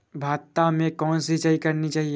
भाता में कौन सी सिंचाई करनी चाहिये?